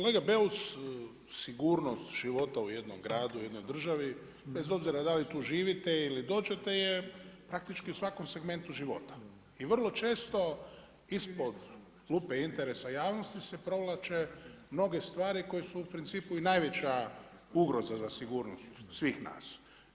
Kolega Beus, sigurnost života u jednom gradu, u jednoj državi bez obzira da li tu živite ili dođete je praktički u svakom segmentu života i vrlo često ispod lupe interesa javnosti se provlače mnoge stvari koje su u principu i najveća ugroza za sigurnost svih nas.